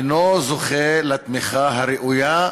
אינו זוכה לתמיכה הראויה,